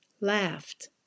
laughed